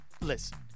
Listen